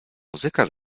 muzyka